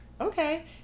okay